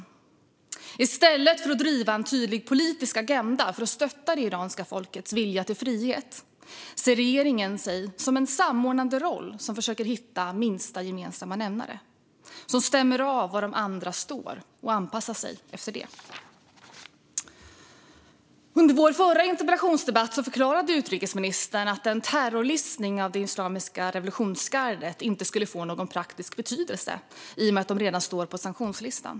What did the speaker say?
Och i stället för att driva en tydlig politisk agenda för att stötta det iranska folkets vilja till frihet anser sig regeringen ha en samordnande roll där man försöker hitta minsta gemensamma nämnare, stämmer av var de andra står och anpassar sig efter det. Under vår förra interpellationsdebatt förklarade utrikesministern att en terrorlistning av det islamiska revolutionsgardet inte skulle få någon praktisk betydelse i och med att de redan står på sanktionslistan.